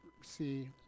see